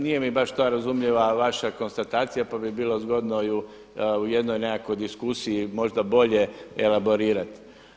Nije mi baš ta razumljiva vaša konstatacija, pa bi bilo zgodno ju u jednoj nekakvoj diskusiji možda bolje elaborirati.